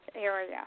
area